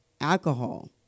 alcohol